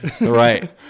Right